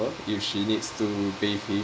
if she needs to bathe him